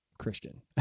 Christian